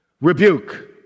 rebuke